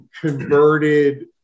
converted